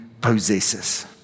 possesses